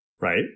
Right